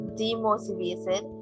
demotivated